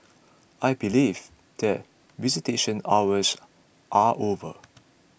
I believe that visitation hours are over